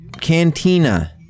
cantina